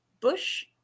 Bush